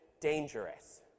dangerous